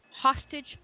hostage